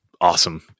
awesome